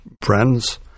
friends